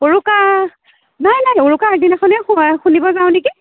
উৰুকা নাই নাই উৰুকাৰ আগদিনাখনেই সোমাই খুন্দিব যাওঁ নেকি